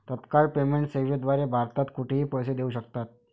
तत्काळ पेमेंट सेवेद्वारे भारतात कुठेही पैसे देऊ शकतात